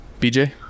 BJ